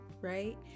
right